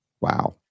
Wow